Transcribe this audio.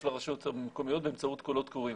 לרשויות המקומיות באמצעות קולות קוראים.